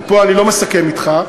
ופה אני לא מסכם אתך,